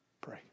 pray